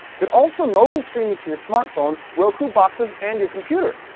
but also mobile streaming to your smartphones, roku boxes and your computer.